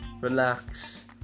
relax